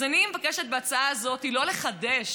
אז אני מבקשת בהצעה הזאת לא לחדש,